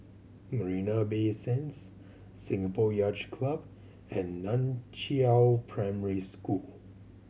Marina Bay Sands Singapore Yacht Club and Nan Chiau Primary School